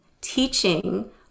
teaching